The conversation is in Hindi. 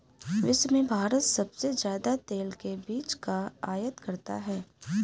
विश्व में भारत सबसे ज्यादा तेल के बीज का आयत करता है